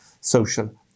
social